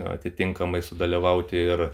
atitinkamai sudalyvauti ir